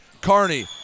Carney